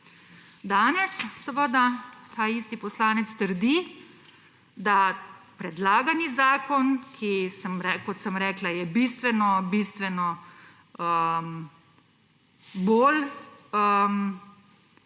Danes seveda ta isti poslanec trdi, da predlagani zakon − kot sem rekla, ki bistveno bolj